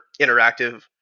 interactive